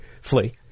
flee